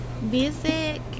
music